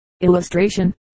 illustration